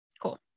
cool